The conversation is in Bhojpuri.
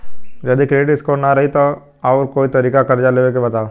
जदि क्रेडिट स्कोर ना रही त आऊर कोई तरीका कर्जा लेवे के बताव?